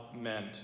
meant